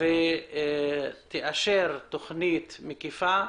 ותאשר תכנית מקיפה,